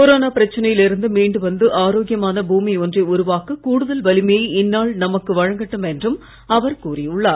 corona பிரச்சனையில் இருந்து மீண்டு வந்து ஆரோக்கியமான பூமி ஒன்றை உருவாக்க கூடுதல் வலிமையை இந்நாள் நமக்கு வழங்கட்டும் என்றும் அவர் கூறியுள்ளார்